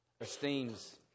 esteems